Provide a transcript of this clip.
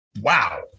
wow